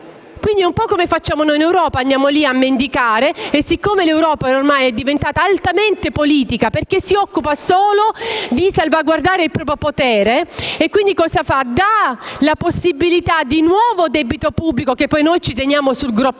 meno: è un po' come facciamo noi in Europa, quando andiamo lì a mendicare. Siccome l'Europa ormai è diventata altamente politica, perché si occupa solo di salvaguardare il proprio potere, essa dà la possibilità di produrre nuovo debito pubblico, che poi ci teniamo sul groppone